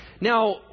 Now